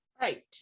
Right